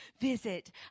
Visit